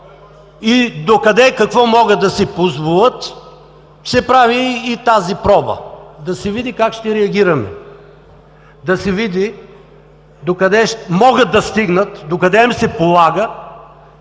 – докъде, какво могат да си позволят. Прави се и тази проба – да се види как ще реагираме. Да се види докъде могат да стигнат, докъде им се полага